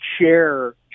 share